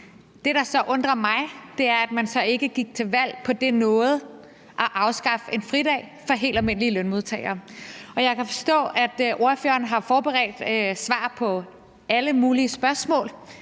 Det, der så undrer mig, er, at man ikke gik til valg på det noget, der handler om at afskaffe en fridag for helt almindelige lønmodtagere, og jeg kan forstå, at ordføreren har forberedt svar på alle mulige spørgsmål,